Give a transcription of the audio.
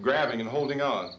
grabbing and holding on